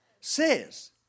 says